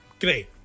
Great